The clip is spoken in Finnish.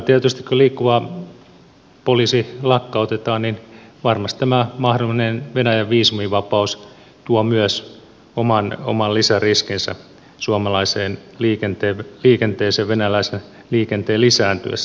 kun liikkuva poliisi lakkautetaan niin kyllä varmasti tämä mahdollinen venäjän viisumivapaus tuo myös oman lisäriskinsä suomalaiseen liikenteeseen venäläisen liikenteen lisääntyessä